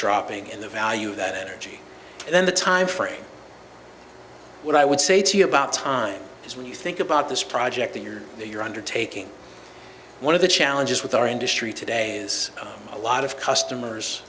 dropping in the value that energy and then the time frame what i would say to you about time is when you think about this project that you're a you're undertaking one of the challenges with our industry today is a lot of customers